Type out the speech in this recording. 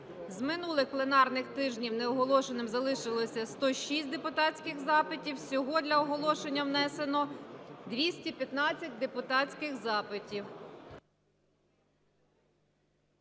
з минулих пленарних тижнів не оголошеними залишилися 106 депутатських запитів, всього для оголошення внесено 215 депутатських запитів.